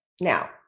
now